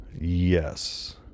Yes